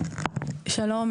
שלום,